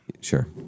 Sure